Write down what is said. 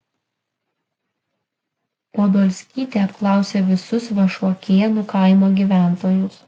podolskytė apklausė visus vašuokėnų kaimo gyventojus